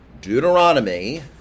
Deuteronomy